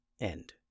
End